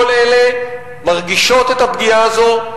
כל אלה מרגישות את הפגיעה הזו,